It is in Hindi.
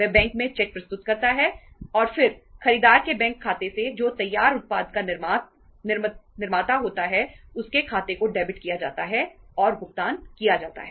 वह बैंक में चेक प्रस्तुत करता है और फिर खरीदार के बैंक खाते से जो तैयार उत्पाद का निर्माता होता है उसके खाते को डेबिट किया जाता है और भुगतान किया जाता है